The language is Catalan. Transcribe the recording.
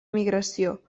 migració